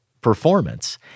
performance